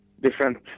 different